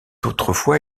autrefois